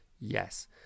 yes